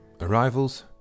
Arrivals